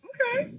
Okay